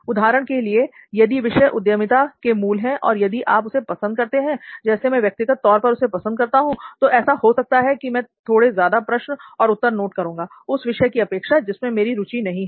उदाहरण के लिए यदि विषय उद्यमिता के मूल है और यदि आप उसे पसंद करते हैं जैसे मैं व्यक्तिगत तौर पर उसे पसंद करता हूं तो ऐसा हो सकता है कि मैं थोड़े ज्यादा प्रश्न और उत्तर नोट करूंगा उस विषय की अपेक्षा जिसमें मेरी रुचि नहीं है